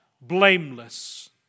blameless